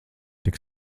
tik